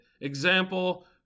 Example